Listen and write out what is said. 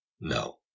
No